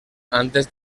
antes